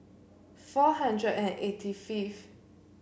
four hundred and eighty fifth